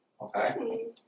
okay